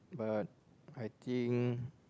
but I think